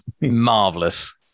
marvelous